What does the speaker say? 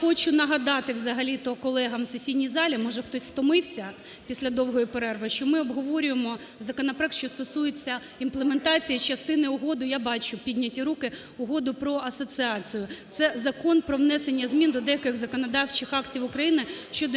хочу нагадати взагалі-то колегам в сесійній залі, може, хтось втомився після довгої перерви, що ми обговорюємо законопроект, що стосується імплементації частини угоди, (я бачу підняті руки) Угоди про асоціацію. Це Закон про внесення змін до деяких законодавчих актів України (щодо імплементації